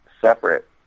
separate